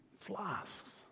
flasks